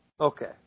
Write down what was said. Okay